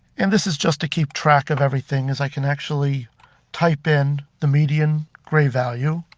and this is just to keep track of everything as i can actually type in the median grey value.